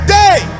day